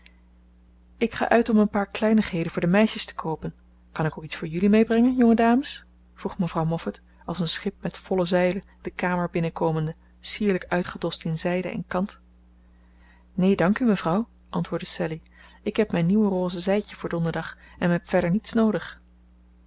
ik ga uit om een paar kleinigheden voor de meisjes te koopen kan ik ook iets voor jullie meebrengen jonge dames vroeg mevrouw moffat als een schip met volle zeilen de kamer binnenkomende sierlijk uitgedost in zijde en kant neen dank u mevrouw antwoordde sallie ik heb mijn nieuwe roze zijdje voor donderdag en heb verder niets noodig